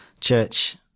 church